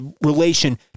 relation